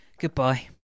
goodbye